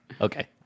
okay